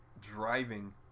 driving